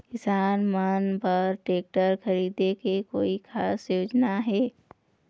किसान मन बर ट्रैक्टर खरीदे के कोई खास योजना आहे?